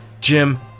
Jim